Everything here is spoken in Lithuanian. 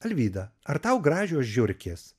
alvyda ar tau gražios žiurkės